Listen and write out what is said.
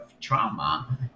trauma